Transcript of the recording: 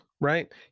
right